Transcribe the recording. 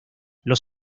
los